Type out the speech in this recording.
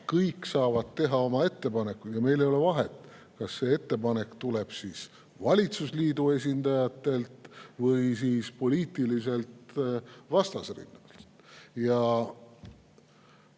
Kõik saavad teha oma ettepanekuid. Ja meil ei ole vahet, kas ettepanek tuleb valitsusliidu esindajatelt või poliitiliselt vastasrinnalt.